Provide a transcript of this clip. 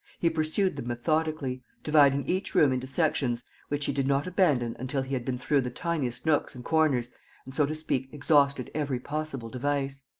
he pursued them methodically, dividing each room into sections which he did not abandon until he had been through the tiniest nooks and corners and, so to speak, exhausted every possible device.